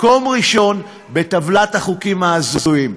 מקום ראשון בטבלת החוקים ההזויים.